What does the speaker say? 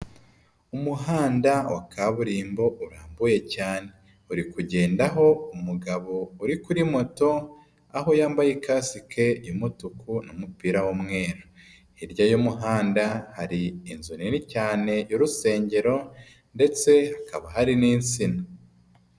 Umuhanda wa kaburimbo urambuye cyane. Uri kugendaho umugabo uri kuri moto, aho yambaye kasike y'umutuku n'umupira w'umweru. Hirya y'uyu muhanda hari inzu nini cyane y'urusengero ndetse hakaba hari n'insina.